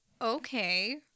okay